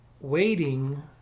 waiting